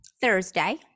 Thursday